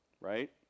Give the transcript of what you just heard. Right